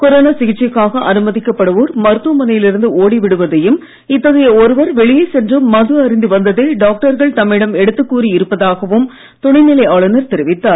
corona சிகிச்சைக்காக அனுமதிக்கப் படுவோர் மருத்துவமனையில் இருந்து ஓடி விடுவதையும் இத்தகைய ஒருவர் வெளியே சென்று மது அருந்தி வந்ததை டாக்டர்கள் தம்மிடம் எடுத்துக் கூறி இருப்பதாகவும் துணை நிலை ஆளுநர் தெரிவித்தார்